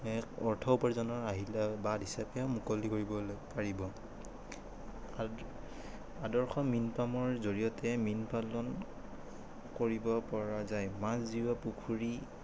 এক অৰ্থ উপাৰ্জনৰ আহিলাৰ বাট হিচাপে মুকলি কৰিবলৈ পাৰিব আৰু আদৰ্শ মীন পামৰ জৰিয়তে মীন পালন কৰিব পৰা যায় মাছ জীউৱা পুখুৰী